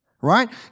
Right